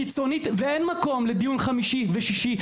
קיצונית ואין מקום לדיון חמישי ושישי,